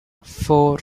four